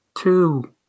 Two